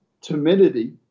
timidity